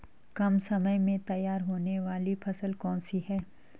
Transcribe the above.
कम समय में तैयार होने वाली फसल कौन सी है?